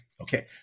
Okay